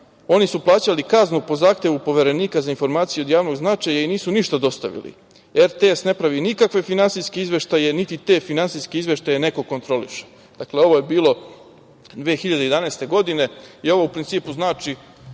oni su plaćali kaznu po zahtevu Poverenika za informacije od javnog značaja i nisu ništa dostavili. RTS ne pravi nikakve finansijske izveštaje niti te finansijske izveštaje neko kontroliše“. Dakle ovo je bilo 2011. godine. Ovo u principu znači